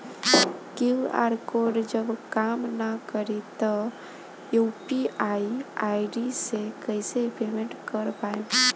QR code जब काम ना करी त यू.पी.आई आई.डी से कइसे पेमेंट कर पाएम?